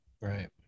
right